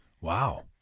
Wow